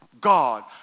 God